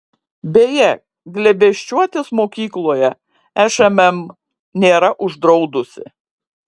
beje glėbesčiuotis mokykloje šmm nėra uždraudusi